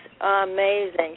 amazing